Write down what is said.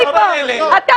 היום המגמה --- אה,